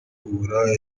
uburaya